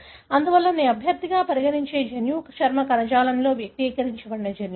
అందువల్ల నేను అభ్యర్థి గా పరిగణించే జన్యువు చర్మ కణజాలంలో వ్యక్తీకరించబడిన జన్యువులు